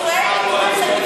פיצויי פיטורים זה כבשת הרש.